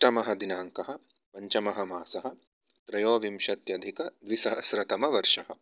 अष्टमदिनाङ्कः पञ्चममासः त्रयोविंशत्यधिकद्विसहस्रतमवर्षः